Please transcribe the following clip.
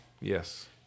Yes